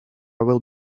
will